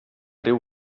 riu